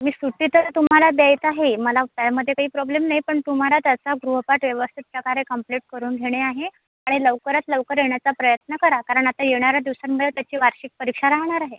मी सुट्टी तर तुम्हाला देत आहे मला त्यामध्ये काही प्रॉब्लेम नाही पण तुम्हाला त्याचा गृहपाठ व्यवस्थित प्रकारे कंप्लिट करून घेणे आहे आणि लवकरात लवकर येण्याचा प्रयत्न करा कारण आता येणाऱ्या दिवसांवर त्याची वार्षिक परीक्षा राहणार आहे